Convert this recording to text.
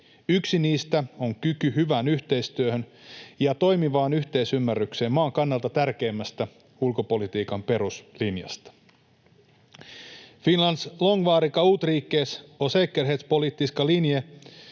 Yksi niistä on kyky hyvään yhteistyöhön ja toimivaan yhteisymmärrykseen maan kannalta tärkeimmästä, ulkopolitiikan peruslinjasta. Finlands långvariga utrikes- och säkerhetspolitiska linje